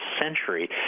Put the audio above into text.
century